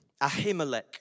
Ahimelech